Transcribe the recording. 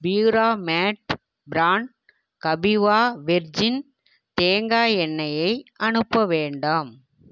பியூராமேட் brand Kapiva virgin தேங்காய் எண்ணெய்யை அனுப்ப வேண்டாம்